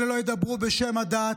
אלה לא ידברו בשם הדת,